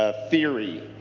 ah theory.